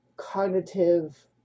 cognitive